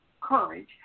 courage